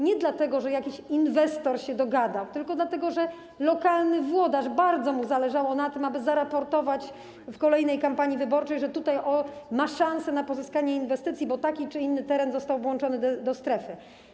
Nie dlatego, że jakiś inwestor się dogadał, tylko dlatego, że lokalnemu włodarzowi bardzo zależało na tym, aby zaraportować w kolejnej kampanii wyborczej, że ma szansę na pozyskanie inwestycji, bo taki czy inny teren został włączony do strefy.